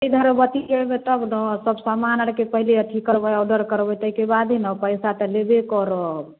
इधर बतिके अयबै तब ने सब समान आरके पहिले अथी करबै औडर करबै ताहिके बादे ने पैसा तऽ लेबे करब